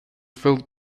filled